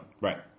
Right